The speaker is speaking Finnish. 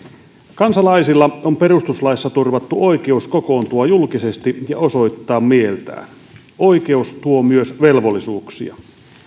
kansalaisilla on perustuslaissa turvattu oikeus kokoontua julkisesti ja osoittaa mieltään oikeus tuo myös velvollisuuksia